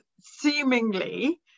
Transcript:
seemingly